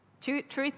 Truth